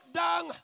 down